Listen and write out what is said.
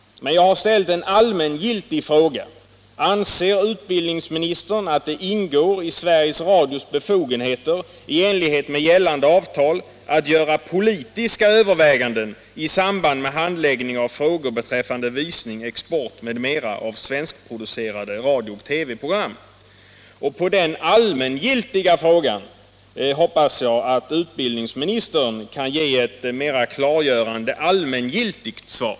Men jag har ställt en allmängiltig fråga: Anser utbildningsministern att det ingår i Sveriges Radios befogenheter i enlighet med gällande avtal att göra politiska överväganden i samband med handläggning av frågor beträffande visning, export m.m. av svenskproducerade radiooch TV-program. På den allmängiltiga frågan hoppas jag att utbildningsministern kan ge ett mera klargörande allmängiltigt svar.